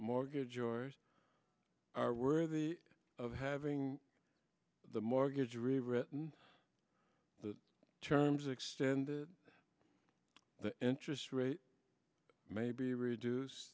mortgage oars are worthy of having the mortgage rewritten the terms extended the interest rate may be reduce